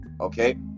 Okay